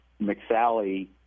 McSally